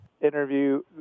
interview